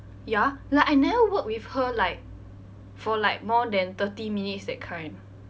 ya like I never work with her like for like more than thirty minutes that kind